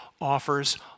offers